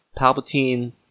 Palpatine